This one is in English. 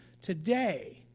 today